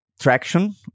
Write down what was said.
traction